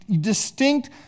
distinct